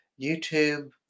YouTube